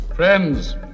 Friends